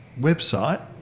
website